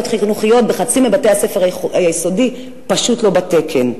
חינוכיות בחצי מבתי-הספר היסודי פשוט לא בתקן.